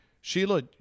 Sheila